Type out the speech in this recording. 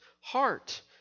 heart